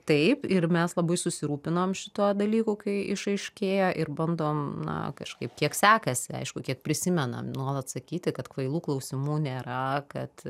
taip ir mes labai susirūpinom šituo dalyku kai išaiškėjo ir bandom na kažkaip kiek sekasi aišku kiek prisimenam nuolat sakyti kad kvailų klausimų nėra kad